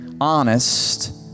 honest